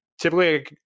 typically